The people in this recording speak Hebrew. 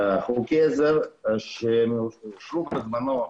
חוקי עזר שהוגשו בזמנו,